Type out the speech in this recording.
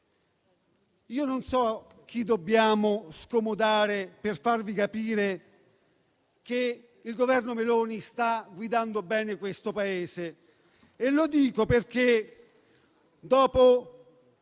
so però chi dobbiamo scomodare per farvi capire che il Governo Meloni sta guidando bene questo Paese. Lo dico perché dopo